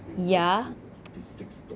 impressive ah 第 six stop